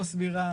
לא סבירה,